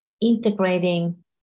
integrating